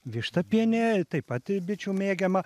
vištapienė taip pat bičių mėgiama